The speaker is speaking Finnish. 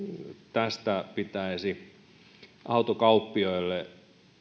tästä pitäisi autokaupoille